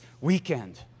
weekend